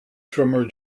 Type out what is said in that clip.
drummer